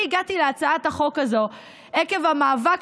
אני הגעתי להצעת החוק הזאת עקב המאבק